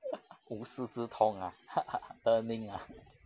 无师自通 earning ah